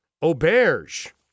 Auberge